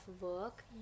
work